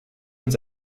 uns